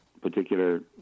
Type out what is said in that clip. particular